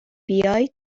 بیای